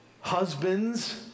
husbands